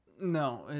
No